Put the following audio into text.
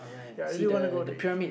ya I really wanna go to Egypt